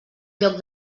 lloc